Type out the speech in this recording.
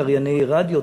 קרייני רדיו,